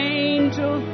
angel